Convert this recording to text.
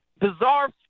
bizarre